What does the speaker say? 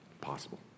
possible